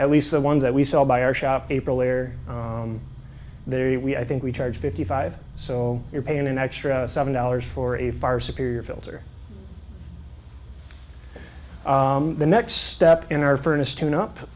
at least the ones that we sell by our shop aprilaire they we i think we charge fifty five so you're paying an extra seven dollars for a fire superior filter the next step in our furnace tuneup